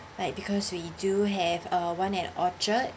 like because we do have uh one at orchard